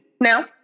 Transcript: Now